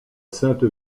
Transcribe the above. sainte